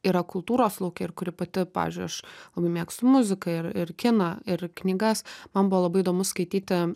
yra kultūros lauke ir kuri pati pavyzdžiui aš labai mėgstu muziką ir ir kiną ir knygas man buvo labai įdomu skaityti